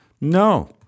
No